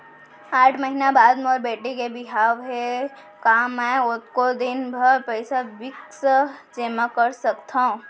आठ महीना बाद मोर बेटी के बिहाव हे का मैं ओतका दिन भर पइसा फिक्स जेमा कर सकथव?